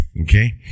Okay